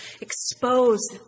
expose